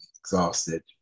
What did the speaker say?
exhausted